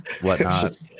whatnot